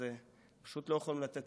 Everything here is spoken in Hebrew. פשוט לא יכולים לתת לזה לקרות.